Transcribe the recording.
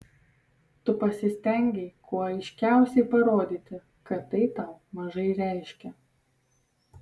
tu pasistengei kuo aiškiausiai parodyti kad tai tau mažai reiškia